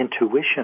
intuition